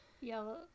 Yellow